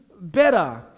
better